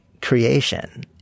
creation